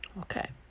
Okay